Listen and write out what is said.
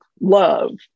love